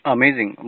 Amazing